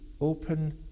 open